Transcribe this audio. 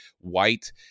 white